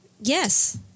Yes